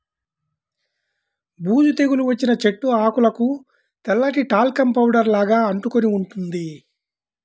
బూజు తెగులు వచ్చిన చెట్టు ఆకులకు తెల్లటి టాల్కమ్ పౌడర్ లాగా అంటుకొని ఉంటుంది